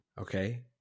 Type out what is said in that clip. okay